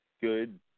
good –